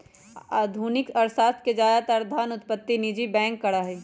आधुनिक अर्थशास्त्र में ज्यादातर धन उत्पत्ति निजी बैंक करा हई